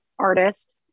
artist